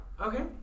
Okay